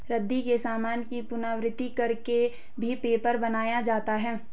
रद्दी के सामान की पुनरावृति कर के भी पेपर बनाया जाता है